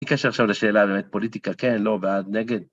מה הקשר עכשיו לשאלה באמת פוליטיקה, כן, לא, בעד, נגד?